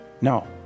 No